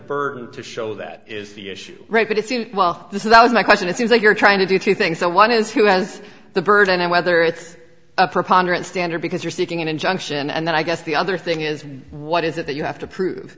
burden to show that is the issue right but it's well this is my question it seems like you're trying to do two things one is who has the burden and whether it's a preponderance standard because you're seeking an injunction and then i guess the other thing is what is it that you have to prove